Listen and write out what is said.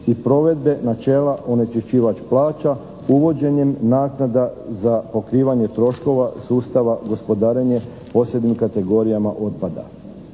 i provedbe načela onečiščivač plaća uvođenjem naknada za pokrivanje troškova sustava gospodarenje posebnim kategorijama otpada.